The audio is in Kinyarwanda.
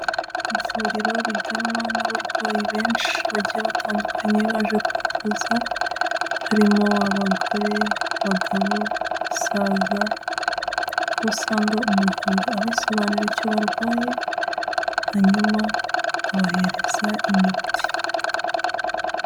Ivuriro riganwa n'abarwayi benshi bagiye batandukanye baje kwivuza, harimo abagore, abagabo, abasaza, aho usanga umuganga abasobanurira icyo barwaye hanyuma akabahereza imiti.